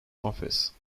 office